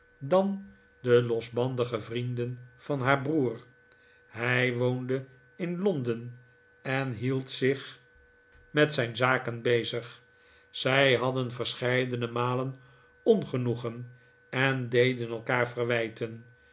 dan de losbandige vrienden van haar broer hij woonde in londen en hield zich met zijn alles aan het light gebracht zaken bezig zij hadden verscheidene malen ongenoegen en deden elkaar verwijten